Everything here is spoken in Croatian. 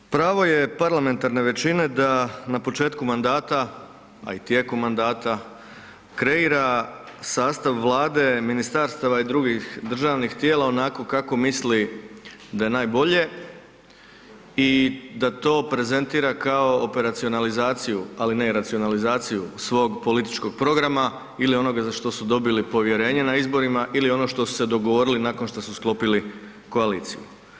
Pravo je parlamentarne većine da na početku mandata, a i tijekom mandata kreira sastav vlade, ministarstava i drugih državnih tijela onako kako misli da je najbolje i da to prezentira kao operacionalizaciju, ali ne i racionalizaciju svog političkog programa ili onoga za što su dobili povjerenje na izborima ili ono što su se dogovorili nakon što su sklopili koaliciju.